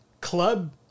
club